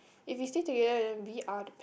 if we still together then we are p~